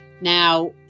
Now